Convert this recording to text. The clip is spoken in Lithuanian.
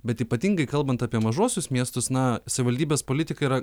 bet ypatingai kalbant apie mažuosius miestus na savivaldybės politika yra